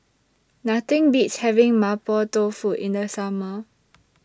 Nothing Beats having Mapo Tofu in The Summer